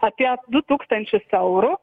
apie du tūkstančius eurų